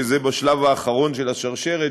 שזה בשלב האחרון של השרשרת,